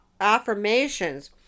affirmations